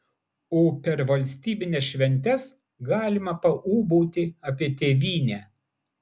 o per valstybines šventes galima paūbauti apie tėvynę